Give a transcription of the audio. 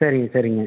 சரிங்க சரிங்க